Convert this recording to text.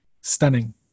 stunning